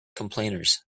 complainers